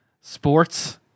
sports